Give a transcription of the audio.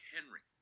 Henry